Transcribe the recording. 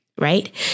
Right